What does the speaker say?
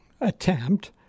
attempt